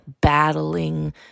battling